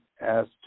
asked